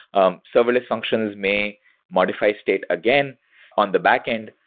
um serverless functions may modify state again on the backend,